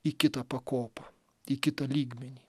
į kitą pakopą į kitą lygmenį